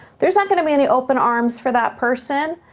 there's not gonna be any open arms for that person,